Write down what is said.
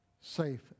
safe